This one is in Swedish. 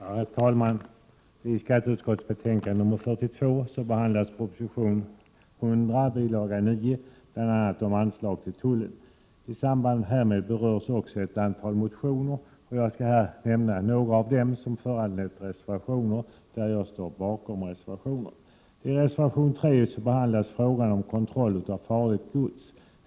Herr talman! I skatteutskottets betänkande 42 behandlas proposition 100 bil. 9 om bl.a. anslag till tullen. I samband härmed berörs också ett antal motioner. Jag skall nämna några av dem som föranlett reservationer, vilka jag står bakom. I reservation 3 behandlas frågan om kontroll av farligt gods.